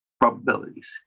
probabilities